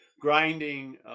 grinding